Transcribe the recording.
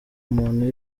muntu